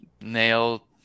nail